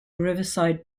riverside